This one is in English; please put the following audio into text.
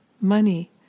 money